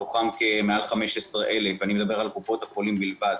מתוכם כמעל 15,000 ואני מדבר על קופות החולים בלבד